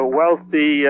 wealthy